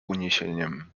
uniesieniem